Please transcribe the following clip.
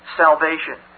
salvation